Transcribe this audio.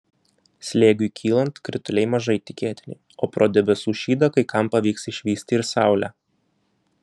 slėgiui kylant krituliai mažai tikėtini o pro debesų šydą kai kam pavyks išvysti ir saulę